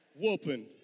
whooping